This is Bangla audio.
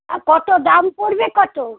আর কতো দাম পড়বে কতো